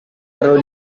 perlu